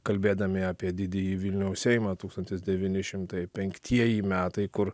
kalbėdami apie didįjį vilniaus seimą tūkstantis devyni šimtai penktieji metai kur